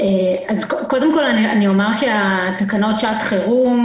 תקנות שעת חירום